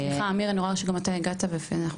סליחה, אמיר, אני רואה שגם אתה הגעת, אז תכף.